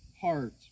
heart